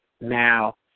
now